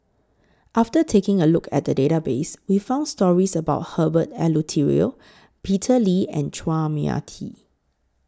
after taking A Look At The Database We found stories about Herbert Eleuterio Peter Lee and Chua Mia Tee